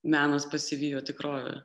menas pasivijo tikrovę